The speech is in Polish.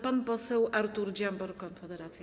Pan poseł Artur Dziambor, Konfederacja.